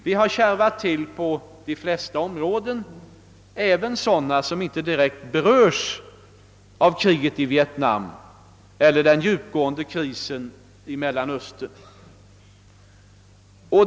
Det har kärvat till på de flesta områden, även sådana som inte direkt berörs av kriget i Vietnam eller av den djupgående krisen i Mellersta östern.